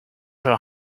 her